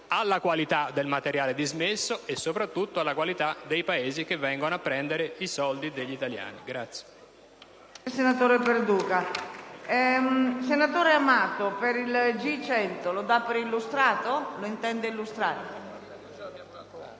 alla qualità del materiale dismesso e soprattutto alla qualità dei Paesi che vengono a prendere i soldi degli italiani.